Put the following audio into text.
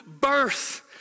birth